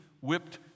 whipped